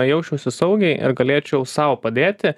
jausčiausi saugiai ir galėčiau sau padėti